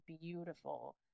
beautiful